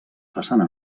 façana